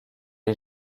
est